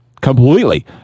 completely